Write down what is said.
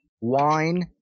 Wine